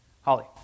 Holly